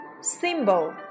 symbol